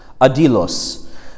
Adilos